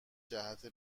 جهت